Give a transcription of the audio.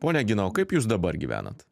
ponia gina o kaip jūs dabar gyvenat